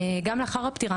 גם לאחר הפטירה,